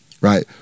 right